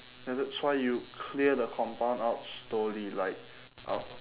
ya that's why you clear the compound out slowly like o~